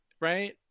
Right